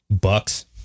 Bucks